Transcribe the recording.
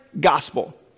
gospel